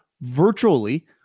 virtually